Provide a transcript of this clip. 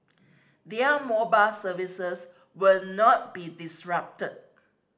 their mobile services will not be disrupted